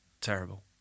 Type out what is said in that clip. Terrible